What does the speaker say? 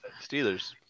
Steelers